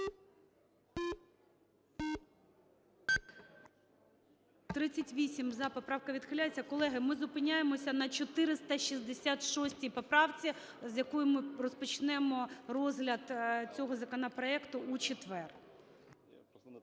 За-38 Поправка відхиляється. Колеги, ми зупиняємося на 466 поправці, з якої ми розпочнемо розгляд цього законопроекту у четвер.